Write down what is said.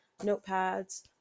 notepads